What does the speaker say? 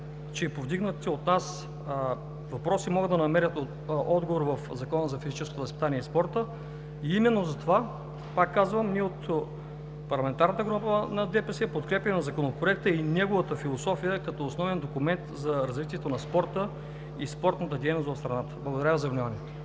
че повдигнатите от нас въпроси могат да намерят отговор в Закона за физическото възпитание и спорта и именно затова, пак казвам, ние от парламентарната група на ДПС подкрепяме Законопроекта и неговата философия като основен документ за развитието на спорта и спортната дейност в страната. Благодаря Ви за вниманието.